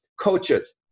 Coaches